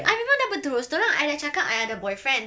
I memang dah berterus terang I dah cakap I ada boyfriend